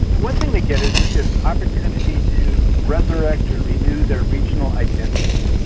one thing they get is is an opportunity to resurrect or renew their regional identity,